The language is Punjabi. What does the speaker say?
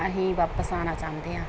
ਅਸੀਂ ਵਾਪਸ ਆਉਣਾ ਚਾਹੁੰਦੇ ਹਾਂ